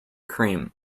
cream